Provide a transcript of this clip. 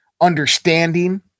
understanding